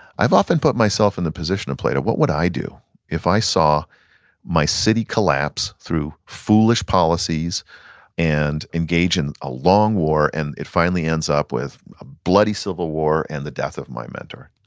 i've often put myself in the position of and plato, what would i do if i saw my city collapse through foolish policies and engage in a long war, and it finally ends up with a bloody civil war and the death of my mentor?